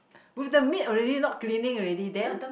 with the maid already not cleaning already then